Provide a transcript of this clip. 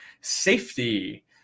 safety